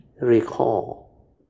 recall